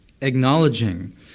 acknowledging